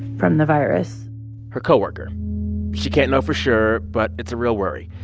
from the virus her co-worker she can't know for sure, but it's a real worry.